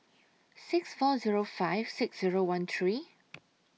six four Zero five six Zero one three